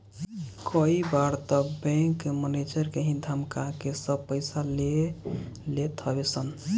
कई बार तअ बैंक के मनेजर के ही धमका के सब पईसा ले लेत हवे सन